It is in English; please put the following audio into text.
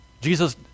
Jesus